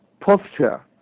posture